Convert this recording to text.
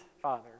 father